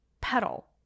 petal